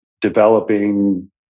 developing